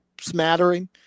smattering